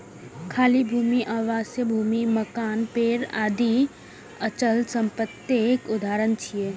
खाली भूमि, आवासीय भूमि, मकान, पेड़ आदि अचल संपत्तिक उदाहरण छियै